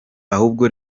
ahubwo